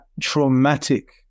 traumatic